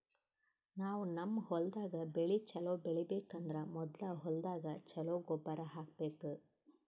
ನಾವ್ ನಮ್ ಹೊಲ್ದಾಗ್ ಬೆಳಿ ಛಲೋ ಬೆಳಿಬೇಕ್ ಅಂದ್ರ ಮೊದ್ಲ ಹೊಲ್ದಾಗ ಛಲೋ ಗೊಬ್ಬರ್ ಹಾಕ್ಬೇಕ್